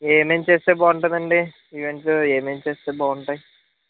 ఏమేమి చేస్తే బాగుంటుంది అండి ఈవెంట్స్ ఏమేమి చేస్తే బాగుంటాయి